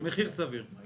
במחיר סביר.